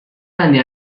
anni